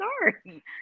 sorry